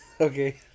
Okay